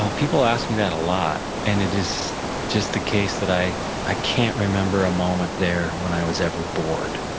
ah people ask me that a lot, and it is just the case that i i can't remember a moment there when i was ever bored.